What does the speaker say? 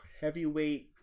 heavyweight